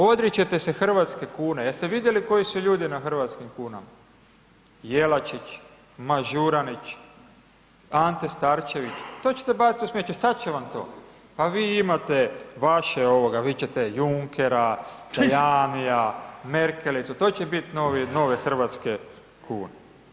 Odričete se hrvatske kune, jeste vidjeli koji su ljudi na hrvatskim kunama, Jelačić, Mažuranić, Ante Starčević, to ćete baciti u smeće, šta će vam to, pa vi imate vaše, vi ćete Junkera, Tajanija, Merkelicu, to će bit nove hrvatske kune.